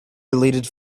deleted